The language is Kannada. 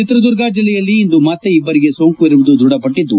ಚಿತ್ರದುರ್ಗ ಜಿಲ್ಲೆಯಲ್ಲಿ ಇಂದು ಮತ್ತೆ ಇಬ್ಲರಿಗೆ ಸೋಂಕು ಇರುವುದು ದೃಢಪಟ್ಟಿದ್ದು